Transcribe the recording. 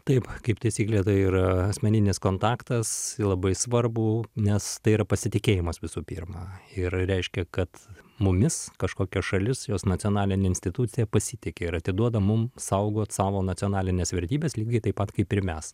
taip kaip taisyklė tai yra asmeninis kontaktas labai svarbu nes tai yra pasitikėjimas visų pirma ir reiškia kad mumis kažkokia šalis jos nacionalinė institucija pasitiki ir atiduoda mum saugot savo nacionalines vertybes lygiai taip pat kaip ir mes